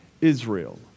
Israel